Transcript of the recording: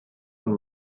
von